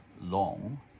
long